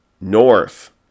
North